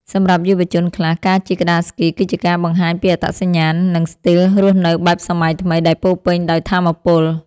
សម្រាប់យុវជនខ្លះ ការជិះក្ដារស្គីគឺជាការបង្ហាញពីអត្តសញ្ញាណ និងស្ទីលរស់នៅបែបសម័យថ្មីដែលពោរពេញដោយថាមពល។